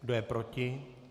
Kdo je proti?